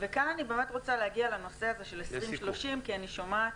וכאן אני באמת רוצה להגיע לנושא הזה של 2030 כי אני שומעת